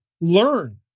learn